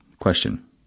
Question